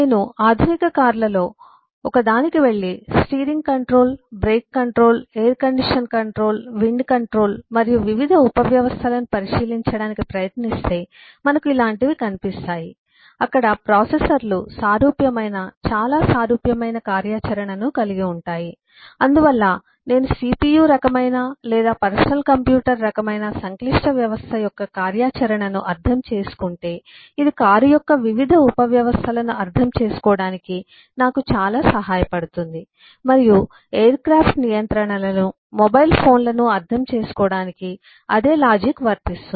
నేను ఆధునిక కార్లలో ఒకదానికి వెళ్లి steering control brake control air condition control wind control మరియు వివిధ ఉపవ్యవస్థలను పరిశీలించడానికి ప్రయత్నిస్తే మనకు ఇలాంటివి కనిపిస్తాయి అక్కడ ప్రాసెసర్లు సారూప్యమైన చాలా సారూప్యమైన కార్యాచరణను కలిగి ఉంటాయి అందువల్ల నేను CPU రకమైన లేదా పర్సనల్ కంప్యూటర్ రకమైన సంక్లిష్ట వ్యవస్థ యొక్క కార్యాచరణను అర్థం చేసుకుంటే ఇది కారు యొక్క వివిధ ఉపవ్యవస్థలను అర్థం చేసుకోవడానికి నాకు చాలా సహాయపడుతుంది మరియు ఎయిర్ క్రాఫ్ట్ నియంత్రణలను మొబైల్ ఫోన్లను అర్థం చేసుకోవడానికి అదే లాజిక్తర్కం వర్తిస్తుంది